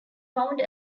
found